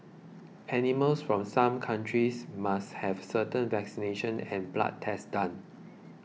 animals from some countries must have certain vaccinations and blood tests done